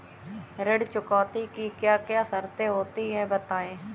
ऋण चुकौती की क्या क्या शर्तें होती हैं बताएँ?